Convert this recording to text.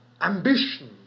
ambition